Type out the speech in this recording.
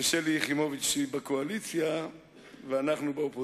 ששלי יחימוביץ בקואליציה ואנחנו באופוזיציה.